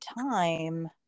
time